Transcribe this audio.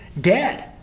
dead